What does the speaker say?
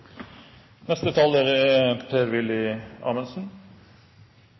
Neste taler er